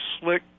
slick